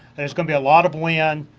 there's going to be a lot of wind,